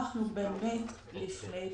אנחנו לפני בחירות.